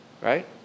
Right